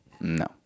No